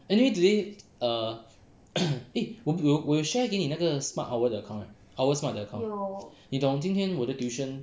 anyway today err eh 我有我有 share 给你那个 smart owl 的 account right OwlSmart 的 account 你懂今天我的 tuition